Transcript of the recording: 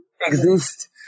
exist